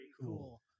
cool